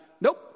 Nope